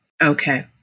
Okay